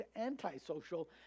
antisocial